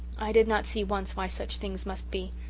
i did not see once why such things must be,